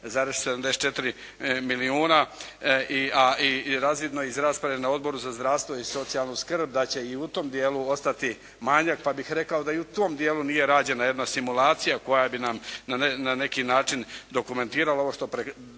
zarez 74 milijuna, a razvidno je iz rasprave na Odboru za zdravstvo i socijalnu skrb da će i u tom dijelu ostati manjak. Pa bih rekao da i u tom dijelu nije rađena jedna simulacija koja bi nam na neki način dokumentirala ovo što predlagatelj